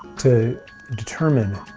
to determine